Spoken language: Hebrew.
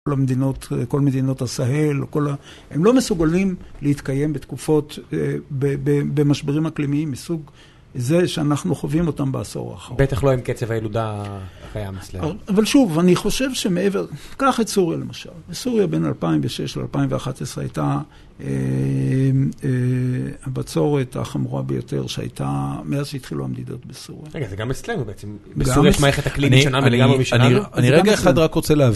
כל המדינות, כל מדינות הסהל, הם לא מסוגלים להתקיים בתקופות במשברים אקלימיים מסוג זה שאנחנו חווים אותם בעשור האחרון. בטח לא עם קצב הילודה הקיים אצלם. אבל שוב, אני חושב שמעבר, קח את סוריה למשל. סוריה בין 2006 ל-2011 הייתה הבצורת החמורה ביותר שהייתה מאז שהתחילו המדידות בסוריה. רגע, זה גם אצלנו בעצם. בסוריה יש מערכת אקלים שונה לגמרי משלנו? אני רגע אחד רק רוצה להבין.